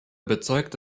überzeugt